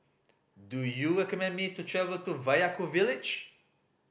do you recommend me to travel to Vaiaku village